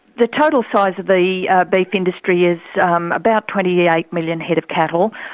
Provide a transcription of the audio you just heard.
the total size of the beef industry is um about twenty eight million head of cattle,